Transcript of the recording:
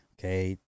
Okay